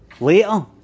later